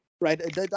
right